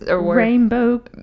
Rainbow